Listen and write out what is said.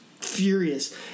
furious